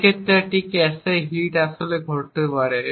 যে ক্ষেত্রে একটি ক্যাশে হিট আসলে ঘটতে পারে